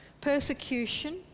persecution